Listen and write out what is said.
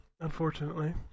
unfortunately